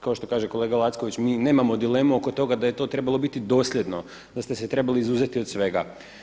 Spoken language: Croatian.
Kao što kaže kolega Lacković, mi nemamo dilemu oko toga da je to trebalo biti dosljedno, da ste se trebali izuzeti od svega.